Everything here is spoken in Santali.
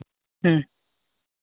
ᱦᱮᱸ